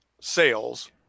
sales